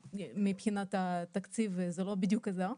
מבחינת התקציב זה לא בדיוק עזר,